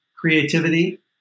creativity